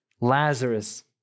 Lazarus